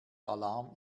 alarm